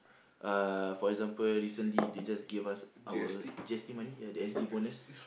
uh for example recently they just gave us our G_S_T money ya the S_G Bonus